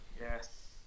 yes